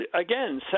again